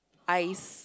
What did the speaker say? eyes